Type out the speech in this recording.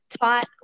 Taught